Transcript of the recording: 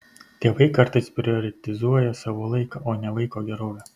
tėvai kartais prioritizuoja savo laiką o ne vaiko gerovę